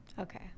okay